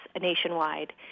nationwide